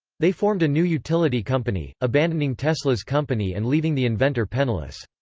they formed a new utility company, abandoning tesla's company and leaving the inventor penniless.